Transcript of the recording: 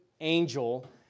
angel